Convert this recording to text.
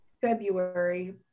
February